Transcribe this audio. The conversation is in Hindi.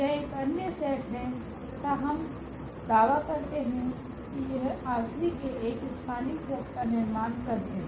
यह एक अन्य सेट है तथा हम दावा करते है की यह ℝ3के एक स्पनिंग सेट का निर्माण करते है